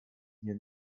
mir